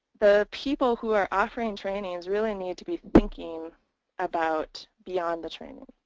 the people who are offering trainings really need to be thinking about beyond the training,